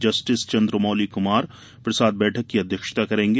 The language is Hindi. जस्टिस चन्द्रमौलि कुमार प्रसाद बैठक की अध्यक्षता करेंगे